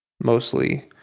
mostly